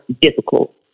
difficult